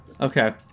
okay